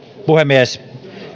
puhemies